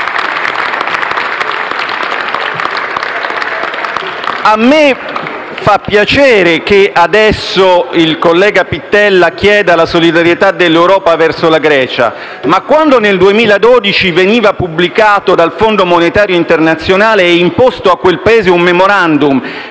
A me fa piacere che adesso il collega Pittella chieda la solidarietà dell'Europa verso la Grecia, ma quando nel 2012 veniva pubblicato dal Fondo monetario internazionale e imposto a quel Paese un *memorandum*